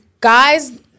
guys